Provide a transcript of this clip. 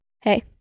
hey